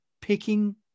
picking